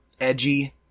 edgy